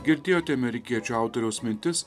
girdėjote amerikiečių autoriaus mintis